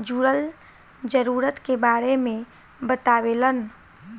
जुड़ल जरूरत के बारे मे बतावेलन